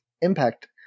impact